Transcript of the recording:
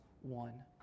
one